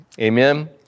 Amen